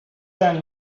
and